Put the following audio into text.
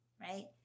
right